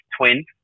twin